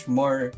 more